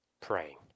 Praying